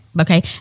Okay